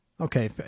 Okay